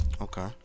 Okay